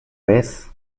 vez